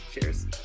Cheers